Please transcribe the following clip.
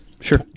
sure